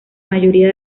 mayoría